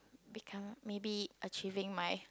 become maybe achieving my